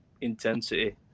intensity